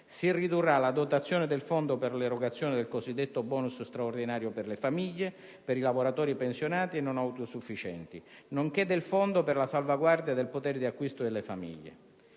si ridurrà la dotazione del fondo per l'erogazione del cosiddetto *bonus* straordinario per le famiglie, per i lavoratori pensionati e non autosufficienti, nonché del fondo per la salvaguardia del potere d'acquisto delle famiglie.